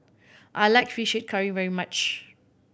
I like Fish Head Curry very much